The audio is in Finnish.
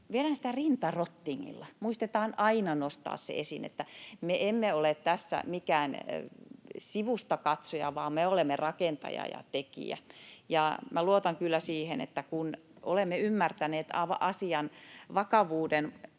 Viedään sitä rinta rottingilla. Muistetaan aina nostaa esiin se, että me emme ole tässä mikään sivustakatsoja vaan me olemme rakentaja ja tekijä. Minä luotan kyllä siihen, että kun olemme ymmärtäneet asian vakavuuden,